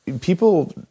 People